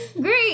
Great